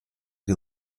die